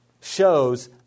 shows